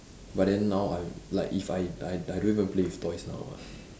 but then now I like if I I I don't even play with toys now [what]